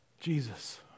Jesus